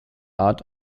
art